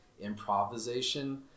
improvisation